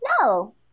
no